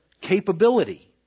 capability